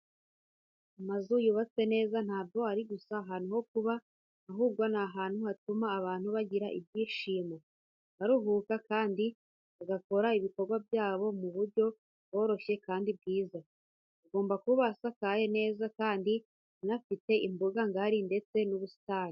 Amazu yubatswe neza ntabwo ari gusa ahantu ho kuba, ahubwo ni ahantu hatuma abantu bagira ibyishimo, baruhuka, kandi bagakora ibikorwa byabo mu buryo bworoshye kandi bwiza. Agomba kuba asakaye neza, kandi anafite imbuga ngari, ndetse n'ubusitani.